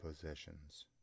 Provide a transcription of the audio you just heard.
possessions